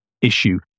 issue